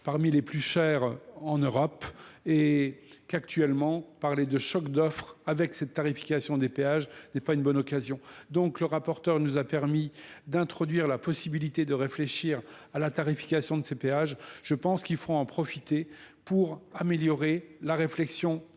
parmi les chers en Europe et qu'actuellement parler de choc d'offres avec cette tarification des péages n'est pas une bonne occasion le rapporteur nous a donc permis d'introduire la possibilité de réfléchir à la tarification de ces péages. Je pense qu'il faut en profiter pour améliorer la réflexion